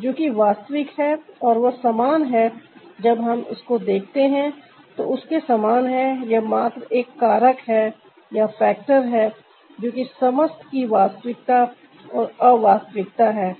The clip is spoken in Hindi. जो कि वास्तविक है और वह समान है जब हम इसको देखते हैं तो उसके समान हैं यह मात्र एक कारक है जो कि समस्त की वास्तविकता और अवास्तविकता है